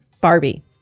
Barbie